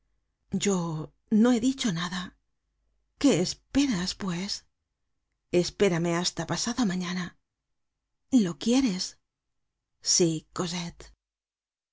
yo no he dicho nada qué esperas pues espérame hasta pasado mañana lo quieres sí